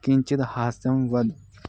कञ्चित् हास्यं वद